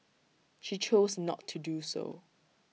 she chose not to do so